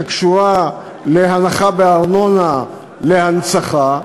שקשורה להנחה בארנונה למקומות הנצחה.